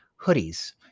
hoodies